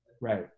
Right